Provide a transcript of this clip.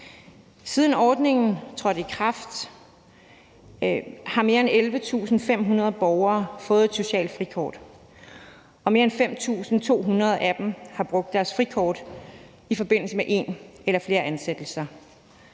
Siden ordningen trådte i kraft, har mere end 11.500 borgere fået et socialt frikort, og mere end 5.200 af dem har brugt deres frikort i forbindelse med en eller flere ansættelser.